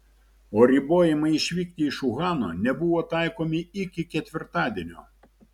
o ribojimai išvykti iš uhano nebuvo taikomi iki ketvirtadienio